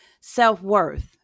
self-worth